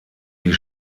die